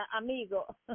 amigo